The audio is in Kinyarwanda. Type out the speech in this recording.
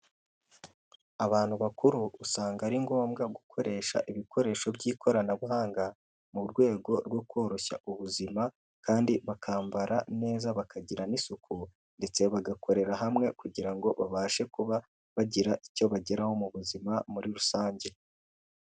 Abantu bakuru usanga ari ngombwa gukoresha ibikoresho by'ikoranabuhanga mu rwego rwo koroshya ubuzima kandi bakambara neza bakagira n'isuku ndetse bagakorera hamwe kugira ngo babashe kuba bagira icyo bageraho mu buzima muri rusange.